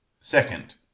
Second